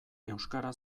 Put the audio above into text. euskara